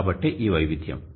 కాబట్టే ఈ వైవిధ్యం